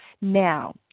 Now